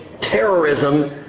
terrorism